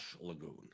Lagoon